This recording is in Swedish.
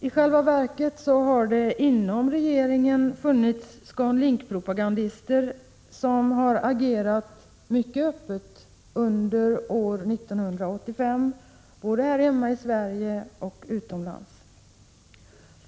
I själva verket har det inom regeringen funnits ScanLink-propagandister som under år 1985 agerat mycket öppet både här hemma i Sverige och utomlands.